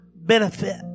benefit